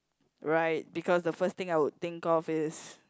right because the first thing I would think of is